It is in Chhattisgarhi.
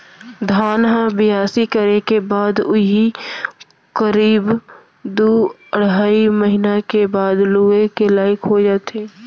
धान ह बियासी करे के बाद उही करीब दू अढ़ाई महिना के बाद लुए के लाइक हो जाथे